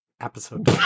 episode